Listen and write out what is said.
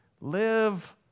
Live